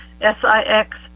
S-I-X